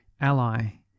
ally